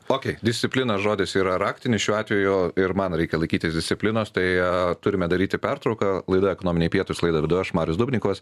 okėj disciplina žodis yra raktinis šiuo atveju ir man reikia laikytis disciplinos tai turime daryti pertrauką laida ekonominiai pietūs laidą vedu aš marius dubnikovas